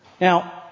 Now